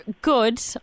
good